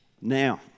Now